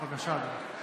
בבקשה, אדוני.